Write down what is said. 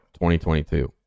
2022